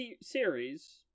series